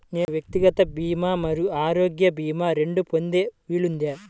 నేను వ్యక్తిగత భీమా మరియు ఆరోగ్య భీమా రెండు పొందే వీలుందా?